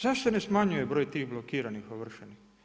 Zašto se ne smanjuje broj tih blokiranih, ovršenih?